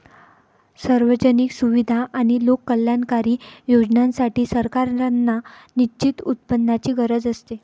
सार्वजनिक सुविधा आणि लोककल्याणकारी योजनांसाठी, सरकारांना निश्चित उत्पन्नाची गरज असते